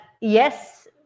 yes